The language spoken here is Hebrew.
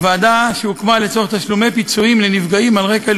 והוא בוודאי מנוגד לחוק הישראלי,